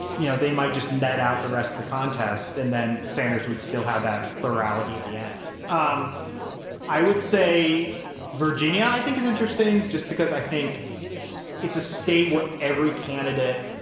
you know, they might just net out the rest of the contests. and then sanders would still have that plurality at the end. um i would say virginia, i think is interesting just because i think it's a state where every candidate.